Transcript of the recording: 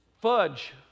fudge